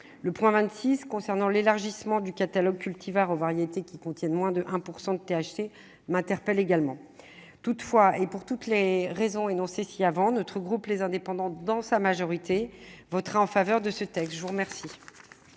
le point 26 concernant l'élargissement du catalogue cultivars variétés qui contiennent moins de 1 % de THC m'interpelle également toutefois et pour toutes les raisons énoncées ci-avant notre groupe les indépendants dans sa majorité votera en faveur de ce texte, je vous remercie.